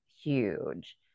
huge